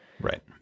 Right